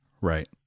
Right